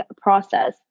process